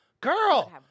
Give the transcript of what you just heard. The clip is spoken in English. girl